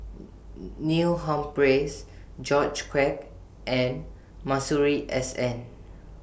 Neil Humphreys George Quek and Masuri S N